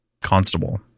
constable